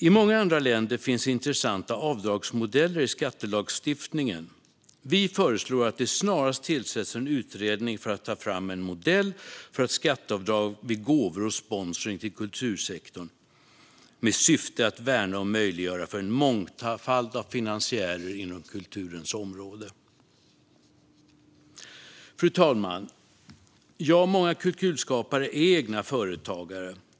I många andra länder finns intressanta avdragsmodeller i skattelagstiftningen. Vi föreslår att det snarast tillsätts en utredning för att ta fram en modell för skatteavdrag vid gåvor och sponsring till kultursektorn, med syftet att värna och möjliggöra för en mångfald av finansiärer inom kulturens område. Fru talman! Många kulturskapare är egna företagare.